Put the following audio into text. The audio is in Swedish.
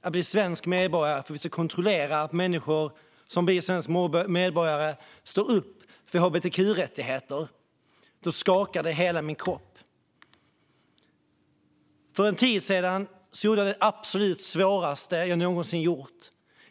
att bli svensk medborgare och att vi ska kontrollera att människor som blir svenska medborgare står upp för hbtq-rättigheter skakar hela min kropp. För en tid sedan gjorde jag det absolut svåraste jag någonsin gjort.